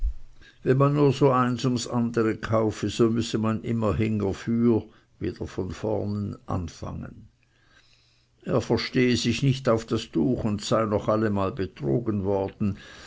wenn man nur so eins ums ander kaufe so müsse man immer hingerfür anfangen er verstehe sich nicht auf das tuch und sei noch allemal betrogen worden